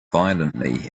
violently